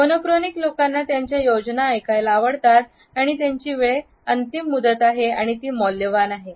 mono chronic लोकांना त्यांच्या योजना ऐकायला आवडतात आणि त्यांची वेळ अंतिम मुदत आहे आणि ती मौल्यवान आहे